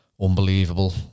unbelievable